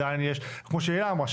כמו שהיא אמרה,